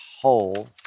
whole